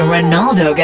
Ronaldo